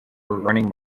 running